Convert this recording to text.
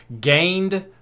Gained